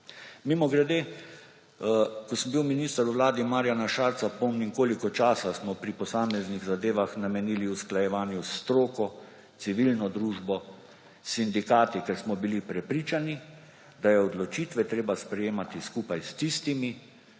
Mimogrede, ko sem bil minister v vladi Marjana Šarca, pomnim, koliko časa smo pri posameznih zadevah namenili usklajevanju s stroko, civilno družbo, s sindikati, ker smo bili prepričani, da je odločitve treba sprejemati skupaj s tistimi,